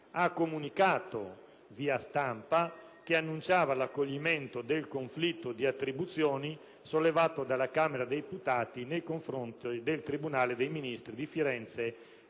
ha annunciato via stampa l'accoglimento del conflitto di attribuzioni sollevato dalla Camera dei deputati nei confronti del tribunale dei ministri di Firenze